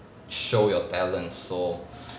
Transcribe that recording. show your talent so